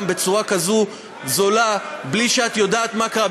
בצורה כזו זולה בלי שאת יודעת מה קרה,